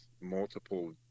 multiple